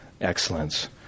excellence